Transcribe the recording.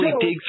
dig